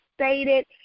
stated